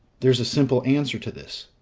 there's a simple answer to this.